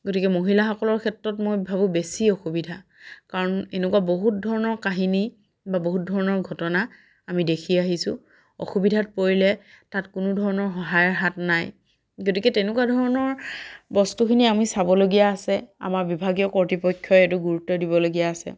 গতিকে মহিলাসকলৰ ক্ষেত্ৰত মই ভাবোঁ বেছি অসুবিধা কাৰণ এনেকুৱা বহুত ধৰণৰ কাহিনী বা বহুত ধৰণৰ ঘটনা আমি দেখি আহিছোঁ অসুবিধাত পৰিলে তাত কোনো ধৰণৰ সহায়ৰ হাত নাই গতিকে তেনেকুৱা ধৰণৰ বস্তুখিনি আমি চাবলগীয়া আছে আমাৰ বিভাগীয় কৰ্তৃপক্ষই এইটো গুৰুত্ব দিবলগীয়া আছে